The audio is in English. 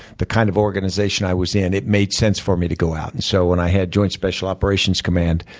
the kind of organization i was in, it made sense for me to go out. and so when i had joint special operations command,